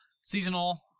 seasonal